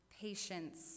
patience